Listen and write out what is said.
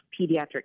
pediatric